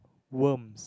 worm